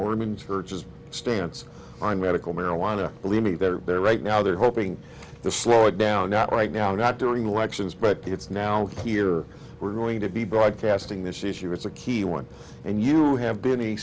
mormon church's stance on medical marijuana believe me they're there right now they're hoping to slow it down not right now not during elections but it's now here we're going to be broadcasting this issue it's a key one and you have been a